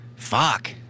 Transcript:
fuck